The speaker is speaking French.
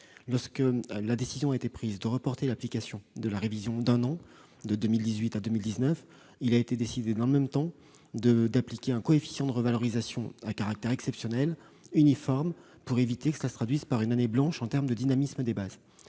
Lorsque la décision a été prise de reporter l'application de la révision d'un an, de 2018 à 2019, il a été décidé dans le même temps d'appliquer un coefficient uniforme de revalorisation à caractère exceptionnel pour éviter que le report ne se traduise par une année blanche en termes de dynamisme des bases.